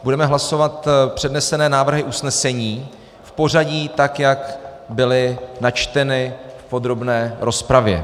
Budeme hlasovat přednesené návrhy usnesení v pořadí tak, jak byly načteny v podrobné rozpravě.